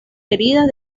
heridas